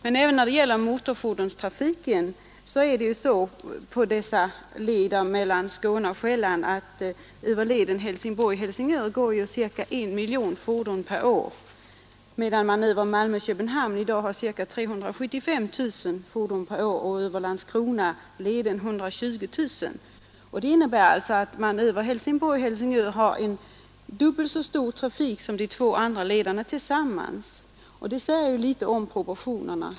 Likaså är motortrafiken mellan Skåne och Själland mycket stark. På Helsingborg—Helsingör-leden överförs över 1 miljon fordon per år, medan man över Malmö—Köpenhamn har ca 375 000 och över Landskrona 120 000 fordon per år. Detta betyder alltså att vi på leden Helsingborg—Helsingör har dubbelt så stor trafik som de två andra lederna har tillsammans. Det säger ju en del om proportionerna.